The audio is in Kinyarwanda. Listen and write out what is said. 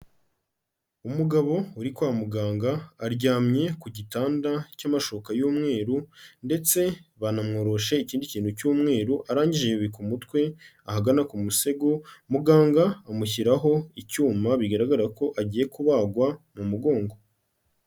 Umugabo uri kwa muganga aryamye ku gitanda cy'amashuka y'umweru ndetse banamworoshe ikindi kintu cy'umweru, arangije yubika umutwe ahagana ku musego, muganga amushyiraho icyuma bigaragara ko agiye kubagwa mu mugongo.